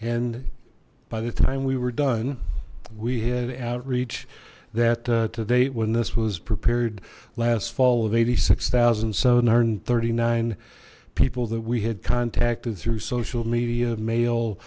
and by the time we were done we had outreach that to date when this was prepared last fall of eighty six thousand seven hundred and thirty nine people that we had contacted through social media ma